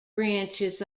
branches